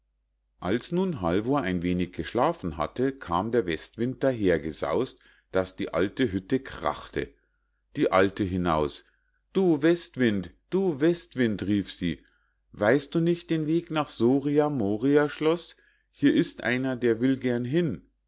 als nun halvor ein wenig geschlafen hatte kam der westwind dahergesaus't daß die alte hütte krachte die alte hinaus du westwind du westwind rief sie weißt du nicht den weg nach soria moria schloß hier ist einer der will gern hin